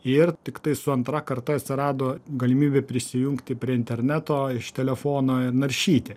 ir tiktai su antra karta atsirado galimybė prisijungti prie interneto iš telefono naršyti